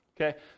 okay